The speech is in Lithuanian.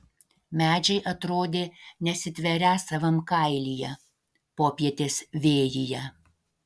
medžiai atrodė nesitverią savam kailyje popietės vėjyje